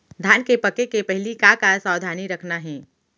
धान के पके के पहिली का का सावधानी रखना हे?